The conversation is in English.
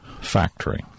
Factory